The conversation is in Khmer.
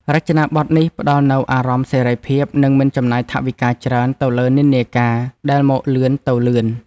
រចនាប័ទ្មនេះផ្តល់នូវអារម្មណ៍សេរីភាព និងមិនចំណាយថវិកាច្រើនទៅលើនិន្នាការដែលមកលឿនទៅលឿន។